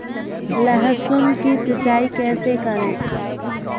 लहसुन की सिंचाई कैसे करें?